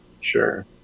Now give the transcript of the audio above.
sure